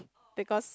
because